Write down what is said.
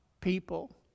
people